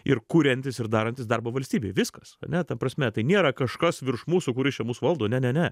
ir kuriantys ir darantys darbą valstybei viskas ane ta prasme tai nėra kažkas virš mūsų kuris čia mus valdo ne ne ne